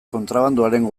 kontrabandoaren